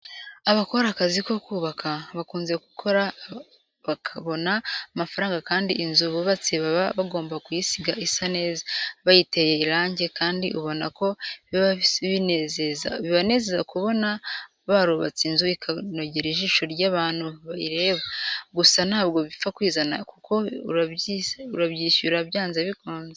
Abakora akazi ko kubaka, bakunze kugakora bakabona amafaranga kandi inzu bubatse baba bagomba kuyisiga isa neza, bayiteye irange kandi ubona ko bibanezeza kubona barubatse inzu ikanogera ijisho ry'abantu bayireba. Gusa ntabwo bipfa kwizana kuko urabyishyura byanze bikunze.